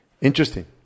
Interesting